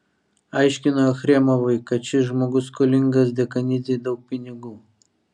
aiškino achremovui kad šis žmogus skolingas dekanidzei daug pinigų